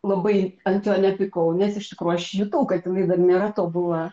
labai ant jo nepykau nes iš tikrųjų aš jutau kad jinai dar nėra tobula